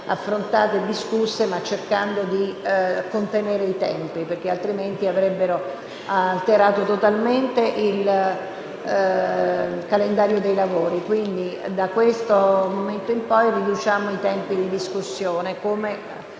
affrontate e discusse cercando di contenere i tempi, altrimenti esse avrebbero alterato totalmente il calendario dei lavori. Quindi, da questo momento in poi riduciamo i tempi di discussione,